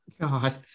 God